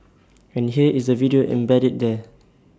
and here is the video embedded there